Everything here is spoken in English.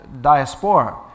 diaspora